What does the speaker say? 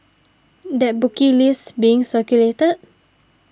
that bookie list being circulated